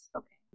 okay